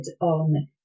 on